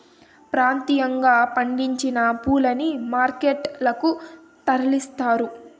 ప్రాంతీయంగా పండించిన పూలని మార్కెట్ లకు తరలిస్తారు